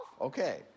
Okay